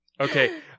Okay